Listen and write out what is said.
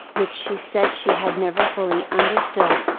which she said she had never fully understood.